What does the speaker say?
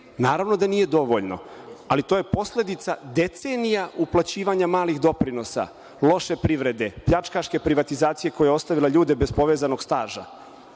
Naravno da nije dovoljno, ali to je posledica decenija uplaćivanja malih doprinosa, loše privrede, pljačkaške privatizacije koje ostavila ljude bez povezanog staža,